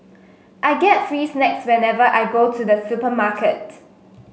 I get free snacks whenever I go to the supermarket